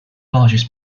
largest